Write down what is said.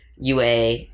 UA